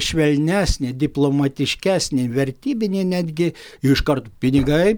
švelnesnį diplomatiškesnį vertybinį netgi iškart pinigai